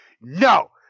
no